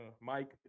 Mike